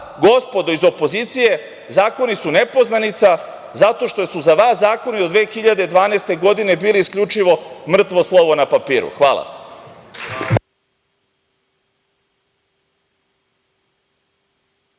gospodo iz opozicije, zakoni su nepoznanica zato što su za vas zakoni do 2012. godine bili isključivo mrtvo slovo na papiru. Hvala.